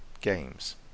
games